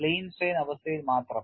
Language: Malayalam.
പ്ലെയിൻ സ്ട്രെയിൻ അവസ്ഥയിൽ മാത്രം